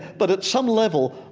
but at some level,